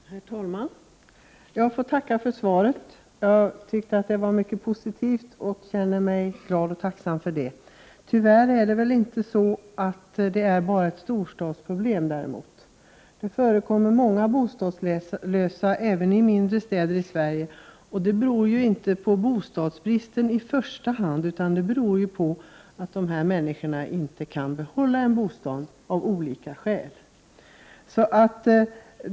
Herr talman! Jag får tacka för svaret. Det var mycket positivt, och jag känner mig glad och tacksam för det. Tyvärr är inte detta bara ett storstadsproblem. Det finns många bostadslösa även i mindre städer i Sverige. Det beror inte i första hand på bostadsbristen utan på att dessa människor av olika skäl inte kan behålla en bostad.